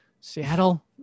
seattle